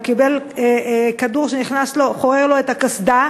הוא קיבל כדור שחורר לו את הקסדה